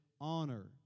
honor